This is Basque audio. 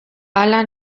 hala